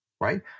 right